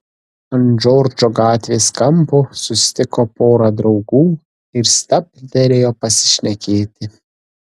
ant džordžo gatvės kampo susitiko porą draugų ir stabtelėjo pasišnekėti